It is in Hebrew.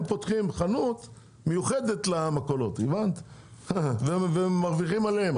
הם פותחים חנות מיוחדת למכולות ומרוויחים על גב המכולות.